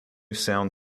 sound